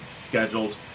scheduled